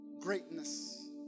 greatness